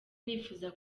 nifuza